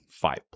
five